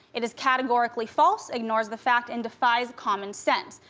it is categorically false, ignores the facts, and defies common sense.